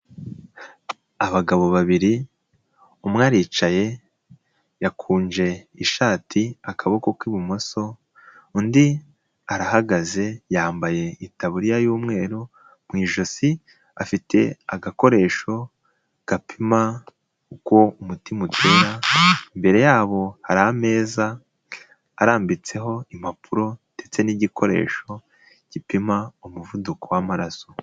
Abagabo babiri umwe aricaye yakunje ishati akaboko k'ibumoso, undi arahagaze yambaye itaburiya y'umweru mu ijosi afite agakoresho gapima uko umutima utera imbere yabo hari ameza arambitseho impapuro ndetse n'igikoresho gipima umuvuduko w'amaraso.